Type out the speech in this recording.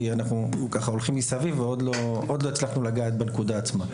כי אנחנו הולכים מסביב ועוד לא הצלחנו לגעת בנקודה עצמה.